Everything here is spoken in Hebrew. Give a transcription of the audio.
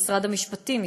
משרד המשפטים,